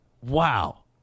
Wow